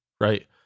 right